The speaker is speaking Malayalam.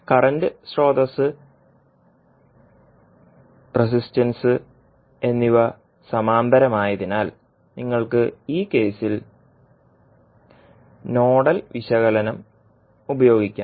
കറന്റ് സ്രോതസ്സ് റെസിസ്റ്റൻസ് എന്നിവ സമാന്തരമായതിനാൽ നിങ്ങൾക്ക് ഈ കേസിൽ നോഡൽ വിശകലനം ഉപയോഗിക്കാം